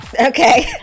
Okay